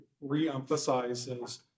re-emphasizes